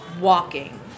walking